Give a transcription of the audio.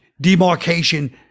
demarcation